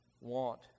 want